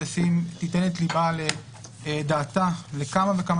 חשוב שהוועדה תיתן את דעתה לכמה וכמה